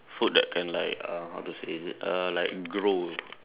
food that can like uh how to say is it uh like grow